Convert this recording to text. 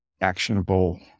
actionable